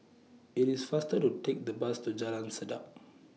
IS IT faster to Take The Bus to Jalan Sedap